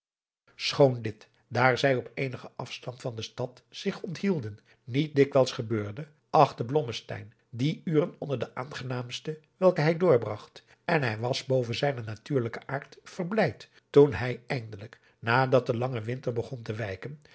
schoon dit daar zij op eenigen afstand van de stad zich onthielden niet dikwijls gebeurde achtte blommesteyn die uren onder de aangenaamste welke hij doorbragt en hij was boven zijnen adriaan loosjes pzn het leven van johannes wouter blommesteyn natuurlijken aard verblijd toen hij eindelijk nadat de lange winter begon te wijken